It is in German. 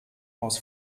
aus